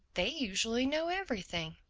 they usually know everything.